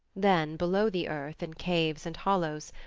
then below the earth, in caves and hollows,